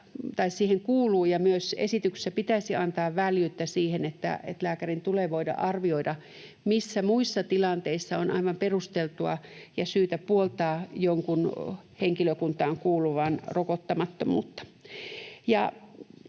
kuuluu ja myös esityksessä pitäisi antaa väljyyttä siihen, että lääkärin tulee voida arvioida, missä muissa tilanteissa on aivan perusteltua ja syytä puoltaa jonkun henkilökuntaan kuuluvan rokottamattomuutta.